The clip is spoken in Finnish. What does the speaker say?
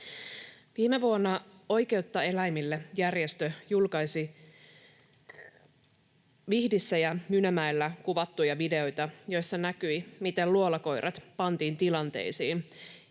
Viime vuonna Oikeutta eläimille ‑järjestö julkaisi Vihdissä ja Mynämäellä kuvattuja videoita, joissa näkyi, miten luolakoirat pantiin tilanteisiin,